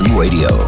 Radio